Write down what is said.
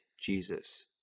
Jesus